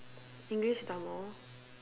English Tamil